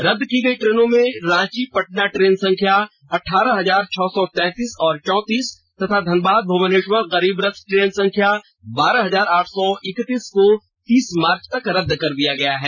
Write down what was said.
रदद की गई ट्रेनों में रांची पटना ट्रेन संख्या अठारह हजार छह सौ तैंतीस और चौतीस तथा धनबाद भूवनेष्वर गरीब रथ ट्रेन संख्या बारह हजार आठ सौ इक्कतीस को तीस मार्च तक रदद किया गया है